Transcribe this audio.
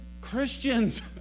Christians